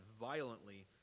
violently